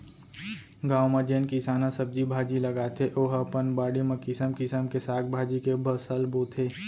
गाँव म जेन किसान ह सब्जी भाजी लगाथे ओ ह अपन बाड़ी म किसम किसम के साग भाजी के फसल बोथे